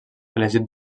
elegit